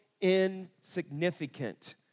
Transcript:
insignificant